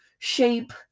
shape